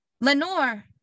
Lenore